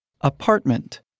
Apartment